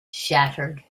shattered